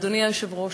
אדוני היושב-ראש,